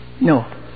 No